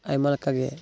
ᱟᱭᱢᱟ ᱞᱮᱠᱟᱜᱮ